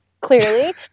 clearly